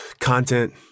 content